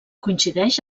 coincideix